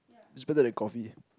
it's better than coffee